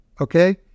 okay